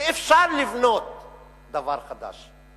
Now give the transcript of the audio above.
ואפשר לבנות דבר חדש.